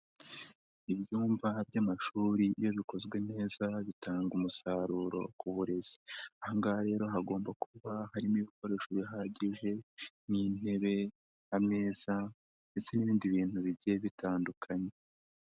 Ibyumba by'amashuri iyo bikozwe neza bitanga umusaruro ku burezi, aha ngaha rero hagomba kuba harimo ibikoresho bihagije nk'intebe, ameza ndetse n'ibindi bintu bigiye bitandukanye.